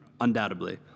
undoubtedly